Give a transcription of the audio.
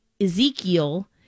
Ezekiel